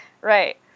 Right